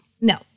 No